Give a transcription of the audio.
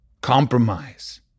compromise